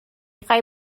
خوای